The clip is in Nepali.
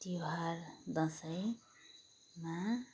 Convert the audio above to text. तिहार दसैँमा